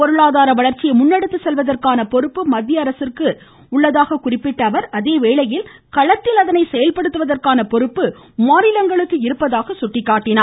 பொருளாதார வளர்ச்சியை முன்னெடுத்துச்செல்வதற்கான பொறுப்பு மத்திய அரசிற்கு உள்ளதாக குறிப்பிட்ட அவர் களத்தில் அதனை செயல்படுத்துவதற்கான பொறுப்பு மாநிலங்களுக்கே இருப்பதாகவும் சுட்டிக்காட்டினார்